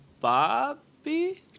Bobby